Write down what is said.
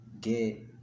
get